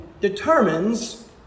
determines